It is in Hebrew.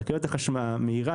והרכבת המהירה,